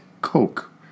Coke